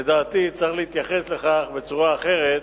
לדעתי צריך להתייחס לכך בצורה אחרת,